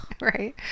right